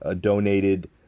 donated